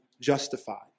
justified